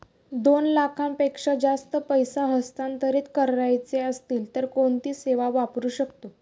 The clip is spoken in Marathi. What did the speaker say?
दोन लाखांपेक्षा जास्त पैसे हस्तांतरित करायचे असतील तर कोणती सेवा वापरू शकतो?